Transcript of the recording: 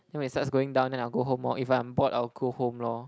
then when it starts going down then I'll go home lor or if I'm bored I'll go home lor